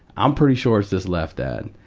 i'm pretty sure it's this left, dad.